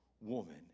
Woman